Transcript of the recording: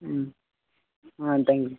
ம் ஆ thank you